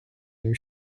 new